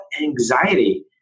anxiety